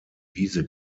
wiese